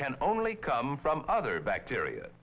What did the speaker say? can only come from other bacteria